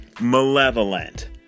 malevolent